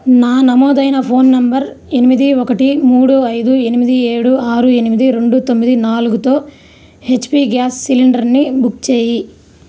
నా నమోదైన phone number ఎనిమిది ఒకటి మూడు ఐదు ఎనిమిది ఏడు ఆరు ఎనిమిది రెండు తొమ్మిది నాలుగుతో హెచ్పి గ్యాస్ సిలిండర్ని బుక్ చేయి